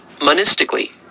monistically